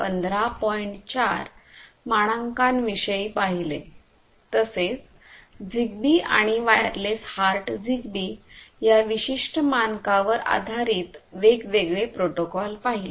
4 मानांकन विषयी पाहिले तसेच झिगबी आणि वायरलेस हार्ट झिगबी या विशिष्ट मानका वर आधारित वेगवेगळे प्रोटोकॉल पाहिले